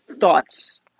thoughts